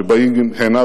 שבאים הנה,